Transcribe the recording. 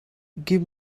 give